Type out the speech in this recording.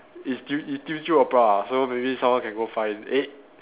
it's Teo~ it's Teochew opera ah so maybe someone can go and find eh